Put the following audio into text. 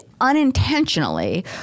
unintentionally